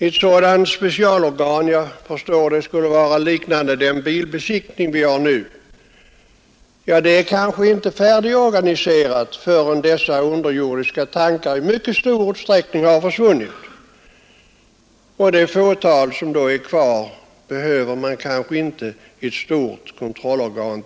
Ett sådant specialorgan — jag förstår att det skulle vara något liknande den bilbesiktning som vi har nu — kanske inte är färdigorganiserat förrän de underjordiska tankarna i mycket stor utsträckning har försvunnit. För det fåtal som sedan är kvar behövs kanske inte ett stort kontrollorgan.